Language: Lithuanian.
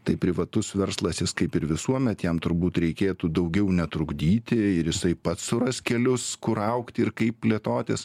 tai privatus verslas jis kaip ir visuomet jam turbūt reikėtų daugiau netrukdyti ir jisai pats suras kelius kur augti ir kaip plėtotis